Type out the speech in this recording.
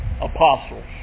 Apostles